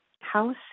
house